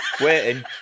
Waiting